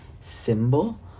Symbol